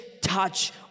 touch